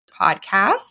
podcast